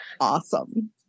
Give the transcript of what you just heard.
awesome